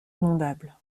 inondable